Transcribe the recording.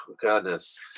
Goodness